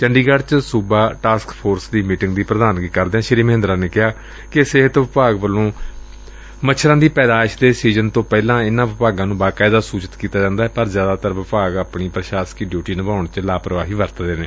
ਚੰਡੀਗੜ੍ ਚ ਸੂਬਾ task force ਦੀ ਮੀਟਿੰਗ ਦੀ ਪ੍ਧਾਨਗੀ ਕਰਦਿਆਂ ਸ੍ੀ ਮਹਿੰਦਰਾ ਨੇ ਕਿਹਾ ਕਿ ਸਿਹਤ ਵਿਭਾਗ ਵੱਲੋਂ ਮੱਛਰਾਂ ਦੀ ਪੈਦਾਇਸ਼ ਦੇ ਸੀਜਨ ਤੋਂ ਪਹਿਲਾਂ ਇਨ੍ਹਾਂ ਵਿਭਾਗਾਂ ਨੂੰ ਬਾਕਾਇਦਾ ਸੂਚਿਤ ਕੀਤਾ ਜਾਂਦੈ ਪਰ ਜ਼ਿਆਦਾਤਰ ਵਿਭਾਗ ਆਪਣੀ ਪ੍ਰਸ਼ਾਸਕੀ ਡਿਊਟੀ ਨਿਭਾਉਣ ਚ ਲਾਪਰਵਾਹੀ ਵਰਤਦੇ ਨੇ